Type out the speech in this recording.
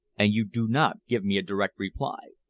and you do not give me a direct reply.